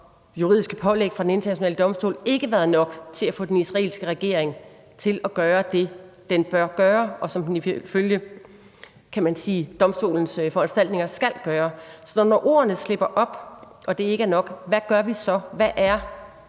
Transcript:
juridiske pålæg fra Den Internationale Domstol ikke været nok til at få den israelske regering til at gøre det, den bør gøre, og som den ifølge domstolens foranstaltninger skal gøre. Så når ordene slipper op og det ikke er nok, hvad gør vi så? Hvad er